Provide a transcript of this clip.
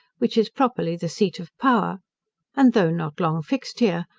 which is properly the seat of power and though not long fixed here,